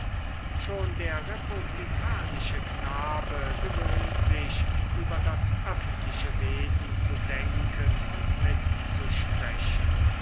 schon der republikanische knabe gewöhnt sich über das öffentliche wesen zu denken und mitzusprechen